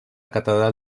catedral